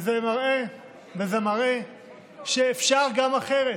זה מראה שאפשר גם אחרת.